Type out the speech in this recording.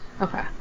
Okay